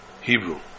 Hebrew